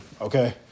okay